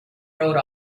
wrote